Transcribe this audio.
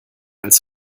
als